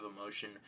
emotion